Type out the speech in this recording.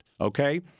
Okay